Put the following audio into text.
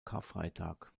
karfreitag